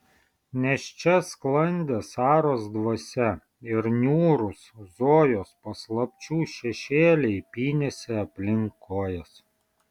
nes čia sklandė saros dvasia ir niūrūs zojos paslapčių šešėliai pynėsi aplink kojas